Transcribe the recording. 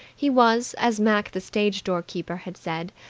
he was, as mac the stage-door keeper had said,